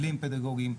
כלים פדגוגיים,